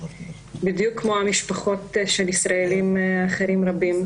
בדיוק כמו המשפחות של ישראלים אחרים רבים,